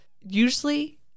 Usually